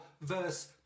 verse